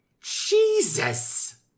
Jesus